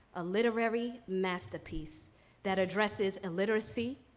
a literary masterpiece that addresses illiteracy,